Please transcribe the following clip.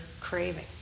craving